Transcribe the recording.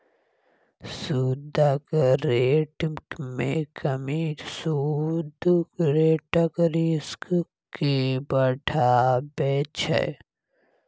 सुदक रेट मे कमी सुद रेटक रिस्क केँ बढ़ाबै छै